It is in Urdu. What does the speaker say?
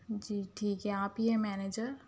جی ٹھیک ہے آپ ہی ہیں منیجر